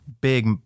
big